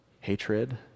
hatred